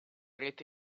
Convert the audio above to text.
rete